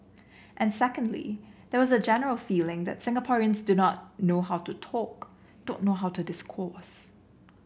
and secondly there was a general feeling that Singaporeans do not know how to talk don't know how to discourse